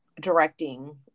directing